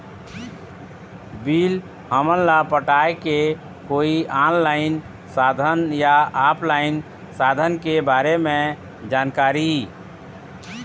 Bill हमन ला पटाए के कोई ऑनलाइन साधन या ऑफलाइन साधन के बारे मे जानकारी?